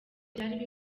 byari